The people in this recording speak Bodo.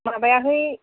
माबाहै